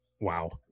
Wow